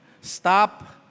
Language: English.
Stop